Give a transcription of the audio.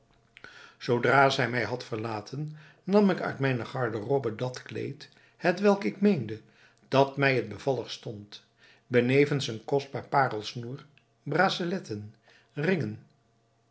zoodra zij mij had verlaten nam ik uit mijne garderobe dat kleed hetwelk ik meende dat mij het bevalligst stond benevens een kostbaar parelsnoer braceletten ringen